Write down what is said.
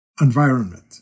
environment